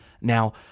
Now